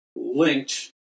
Linked